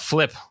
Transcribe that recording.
Flip